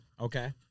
okay